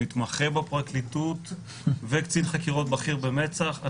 מתמחה בפרקליטות וקצין חקירות בכיר במצ"ח.